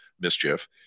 mischief